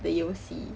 the 游戏